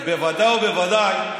ובוודאי ובוודאי,